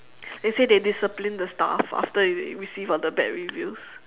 they say they disciplined the staff after they received all the bad reviews